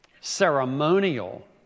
ceremonial